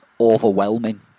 overwhelming